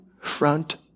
front